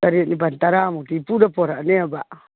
ꯇꯔꯦꯠ ꯅꯤꯄꯥꯜ ꯇꯔꯥꯃꯨꯛꯇꯤ ꯏꯄꯨꯗ ꯄꯣꯔꯛꯑꯅꯦꯕ